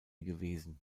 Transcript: gewesen